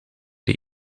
die